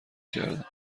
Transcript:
کردم